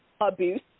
abuse